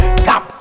Stop